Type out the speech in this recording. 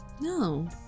No